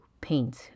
paint